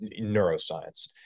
neuroscience